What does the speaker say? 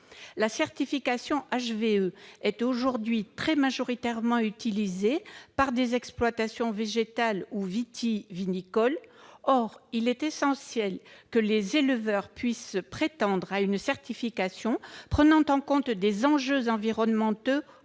La certification HVE est aujourd'hui très majoritairement utilisée par des exploitations végétales ou vitivinicoles. Or il est essentiel que les éleveurs puissent prétendre à une certification qui prenne en compte des enjeux environnementaux